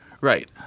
Right